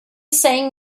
saying